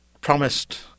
promised